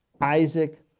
Isaac